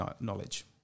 knowledge